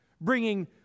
bringing